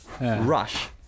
rush